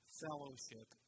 fellowship